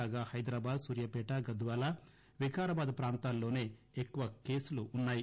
కాగా హైదరాబాద్ సూర్యాపేట గద్వాల వికారాబాద్ ప్రాంతాల్లోనే ఎక్కువ కేసులు ఉన్నాయి